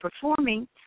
performing